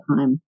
time